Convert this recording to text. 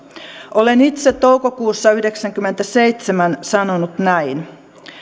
olen itse toukokuussa yhdeksänkymmentäseitsemän sanonut näin